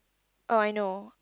oh I know